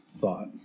thought